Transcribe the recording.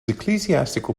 ecclesiastical